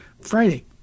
Friday